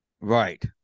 Right